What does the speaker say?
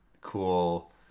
cool